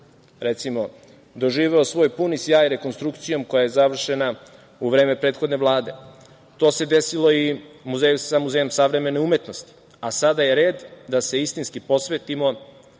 recimo, doživeo svoj puni sjaj rekonstrukcijom koja je završena u vreme prethodne Vlade. To se desilo i sa Muzejom savremene umetnosti, a sada je red da se istinski posvetimo